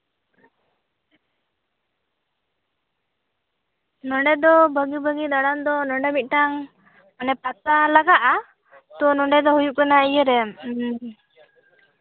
ᱱᱚᱸᱰᱮ ᱫᱚ ᱵᱷᱟᱹᱜᱤᱼᱵᱷᱟᱹᱜᱤ ᱫᱟᱬᱟᱱ ᱫᱚ ᱱᱚᱸᱰᱮ ᱢᱤᱫᱴᱟᱱ ᱢᱟᱱᱮ ᱯᱟᱛᱟ ᱞᱟᱜᱟᱜᱼᱟ ᱛᱚ ᱱᱚᱸᱰᱮ ᱫᱚ ᱦᱩᱭᱩᱜ ᱠᱟᱱᱟ ᱤᱭᱟᱹ ᱨᱮ